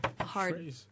hard